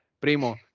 Primo